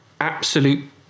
absolute